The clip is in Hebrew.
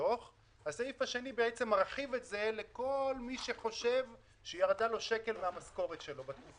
לצורך חישוב סכום ההוצאה הממשלתית לפי סעיף 6א לשנים הבאות.";"